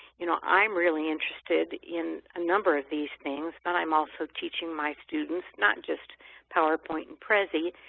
you know, i'm really interested in a number of these things but i'm also teaching my students not just powerpoint and prezi,